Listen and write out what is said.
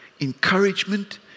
encouragement